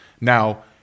Now